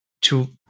to-